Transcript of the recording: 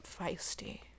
feisty